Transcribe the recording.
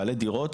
בעלי דירות,